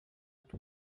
tuo